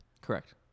Correct